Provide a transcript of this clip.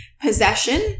possession